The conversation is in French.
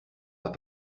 pas